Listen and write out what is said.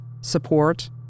support